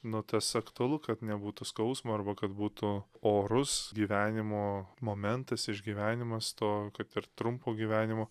nu tas aktualu kad nebūtų skausmo arba kad būtų orus gyvenimo momentas išgyvenimas to kad ir trumpo gyvenimo